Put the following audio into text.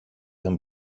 δεν